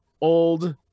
old